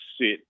sit